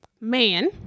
man